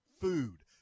food